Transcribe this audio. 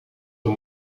dan